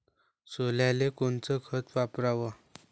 सोल्याले कोनचं खत वापराव?